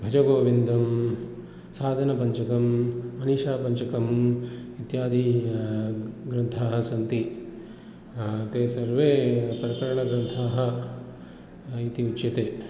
भजगोविन्दं साधनपञ्चकं मनिषापञ्चकम् इत्यादि ग्रन्थाः सन्ति ते सर्वे प्रकरणग्रन्थाः इति उच्यते